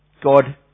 God